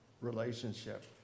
relationship